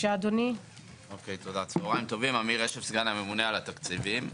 אני סגן הממונה על התקציבים.